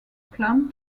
plan